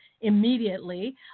immediately